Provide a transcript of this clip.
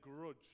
grudge